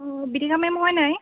অ Bithika ma'am হয় নাই